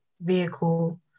vehicle